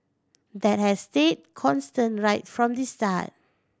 that has stayed constant right from the start